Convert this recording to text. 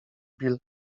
bill